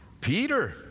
Peter